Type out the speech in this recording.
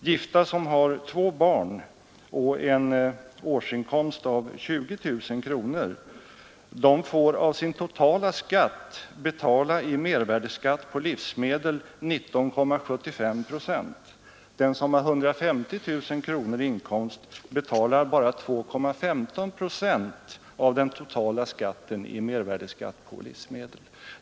Gifta med två barn och en årsinkomst av 20 000 kronor får av sin totala skatt betala 19,75 procent i mervärdeskatt på livsmedel. Den som har 150 000 kronor i inkomst betalar bara 2,15 procent av den totala skatten i mervärdeskatt på livsmedel.